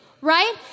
right